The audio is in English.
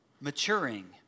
Maturing